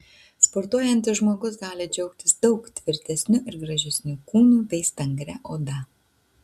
sportuojantis žmogus gali džiaugtis daug tvirtesniu ir gražesniu kūnu bei stangria oda